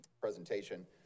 presentation